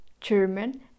German